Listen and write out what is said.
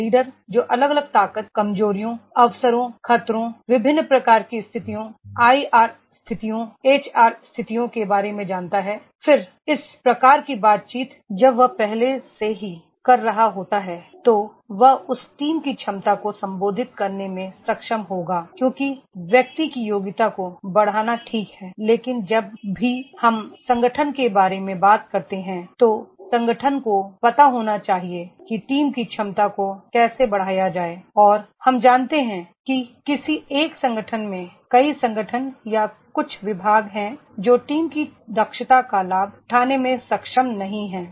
एक लीडर जो अलग अलग ताकत कमजोरियों अवसरों खतरों विभिन्न प्रकार की स्थितियों आई आर स्थितियों एच आर स्थितियों के बारे में जानता है फिर इस प्रकार की बातचीत जब वह पहले से ही कर रहा होता है तो वह उस टीम की क्षमता को संबोधित करने में सक्षम होगा क्योंकि व्यक्ति की योग्यता को बढ़ाना ठीक है लेकिन जब भी हम संगठन के बारे में बात करते हैं तो संगठन को पता होना चाहिए कि टीम की क्षमता को कैसे बढ़ाया जाए और हम जानते हैं कि किसी एक संगठन में कई संगठन या कुछ विभाग हैं जो टीम की दक्षता का लाभ उठाने में सक्षम नहीं हैं